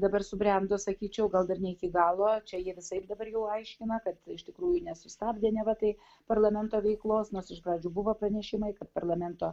dabar subrendo sakyčiau gal dar ne iki galo čia jie visaip dabar jau aiškina kad iš tikrųjų nesustabdė neva tai parlamento veiklos nors iš pradžių buvo pranešimai kad parlamento